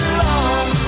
long